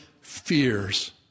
fears